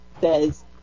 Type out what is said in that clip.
says